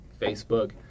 Facebook